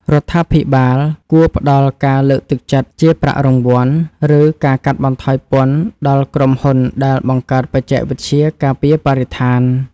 រដ្ឋាភិបាលគួរផ្តល់ការលើកទឹកចិត្តជាប្រាក់រង្វាន់ ឬការកាត់បន្ថយពន្ធដល់ក្រុមហ៊ុនដែលបង្កើតបច្ចេកវិទ្យាការពារបរិស្ថាន។